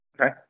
Okay